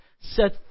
set